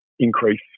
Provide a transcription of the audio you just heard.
increase